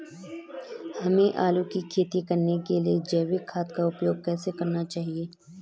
हमें आलू की खेती करने के लिए जैविक खाद का उपयोग कैसे करना चाहिए?